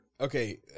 Okay